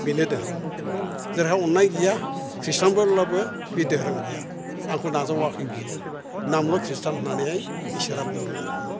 बेनो दोहोरोम जायहा अननाय गैया ख्रिस्टानब्लाबो बे दोहोरोम गैया आंखौ नाजावाखै बियो नामल' ख्रिस्टान होन्नानैहाय इसोरा बुंदों आरखि